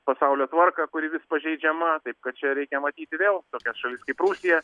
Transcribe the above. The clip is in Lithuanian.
pasaulio tvarką kuri vis pažeidžiama taip kad čia reikia matyti vėl tokias šalis kaip rusija